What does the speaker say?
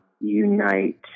unite